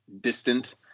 distant